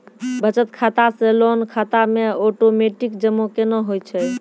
बचत खाता से लोन खाता मे ओटोमेटिक जमा केना होय छै?